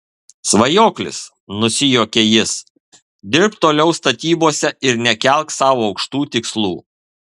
svajoklis nusijuokia jis dirbk toliau statybose ir nekelk sau aukštų tikslų